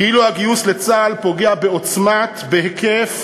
כאילו הגיוס לצה"ל פוגע בעוצמה, בהיקף,